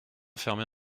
fermer